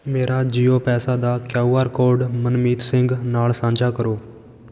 ਮੇਰਾ ਜੀਓ ਪੈਸਾ ਦਾ Q R code Manmeet Singh ਨਾਲ ਸਾਂਝਾ ਕਰੋ